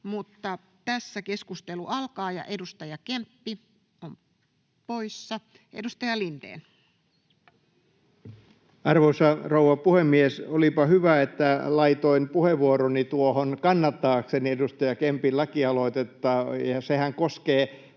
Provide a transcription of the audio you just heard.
§:n muuttamisesta Time: 18:28 Content: Arvoisa rouva puhemies! Olipa hyvä, että laitoin puheenvuoroni tuohon kannattaakseni edustaja Kempin lakialoitetta. Sehän koskee